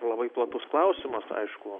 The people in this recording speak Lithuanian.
labai platus klausimas aišku